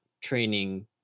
training